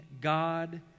God